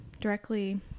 directly